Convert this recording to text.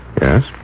Yes